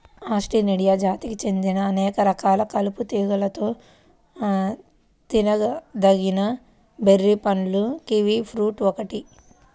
Actinidia జాతికి చెందిన అనేక రకాల కలప తీగలలో తినదగిన బెర్రీ పండు కివి ఫ్రూట్ ఒక్కటే